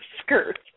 skirt